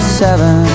seven